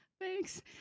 thanks